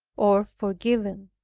or forgiven.